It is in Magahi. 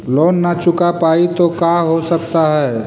लोन न चुका पाई तो का हो सकता है?